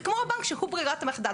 זה כמו הבנק שהוא ברירת המחדל.